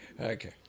Okay